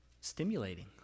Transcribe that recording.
stimulating